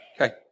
Okay